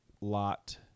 Lot